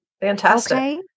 fantastic